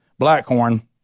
Blackhorn